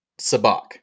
Sabak